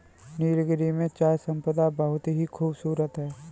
नीलगिरी में चाय संपदा बहुत ही खूबसूरत है